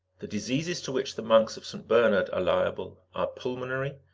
the diseases to which the monks of st. bernard are liable are pulmonary,